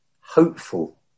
hopeful